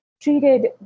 treated